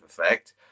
effect